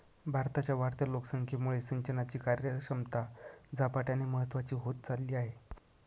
भारताच्या वाढत्या लोकसंख्येमुळे सिंचनाची कार्यक्षमता झपाट्याने महत्वाची होत चालली आहे